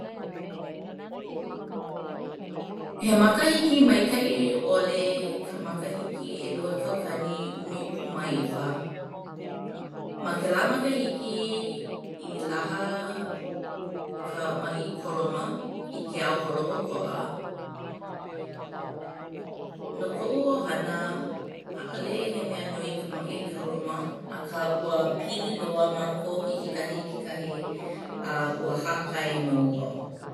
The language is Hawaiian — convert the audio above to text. He makahiki maikaʻi ʻole ka makahiki ʻelua kaukani ʻumikūmāiwa. Ma kēlā makahiki i laha ka maʻi koloma i ke ao holoʻokoʻa. No koʻu ʻohana, ʻaʻale he mea nui ka maʻi koloma akā ua pili loa mākou i kekahi i kekahi a ua hāpai nō wau.